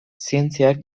zientziak